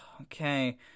okay